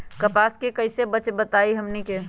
कपस से कईसे बचब बताई हमनी के?